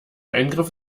eingriff